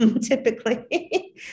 typically